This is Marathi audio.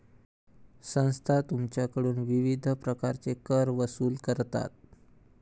संस्था तुमच्याकडून विविध प्रकारचे कर वसूल करतात